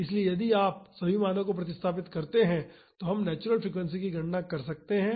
इसलिए यदि आप सभी मानों को प्रतिस्थापित करते हैं तो हम नेचुरल फ्रीक्वेंसी की गणना कर सकते हैं